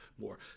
more